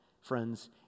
friends